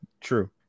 True